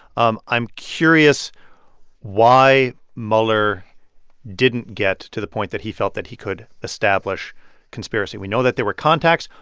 um i'm curious why mueller didn't get to the point that he felt that he could establish conspiracy. we know that there were contacts.